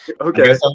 okay